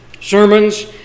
Sermons